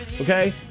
Okay